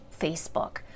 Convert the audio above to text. Facebook